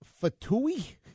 Fatui